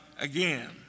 again